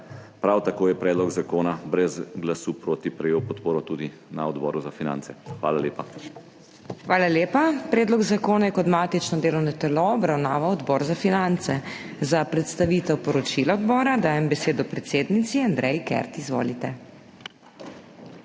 Prav tako je predlog zakona brez glasu proti prejel podporo na Odboru za finance. Hvala lepa. PODPREDSEDNICA MAG. MEIRA HOT: Hvala lepa. Predlog zakona je kot matično delovno telo obravnaval Odbor za finance. Za predstavitev poročila odbora dajem besedo predsednici Andreji Kert. Izvolite.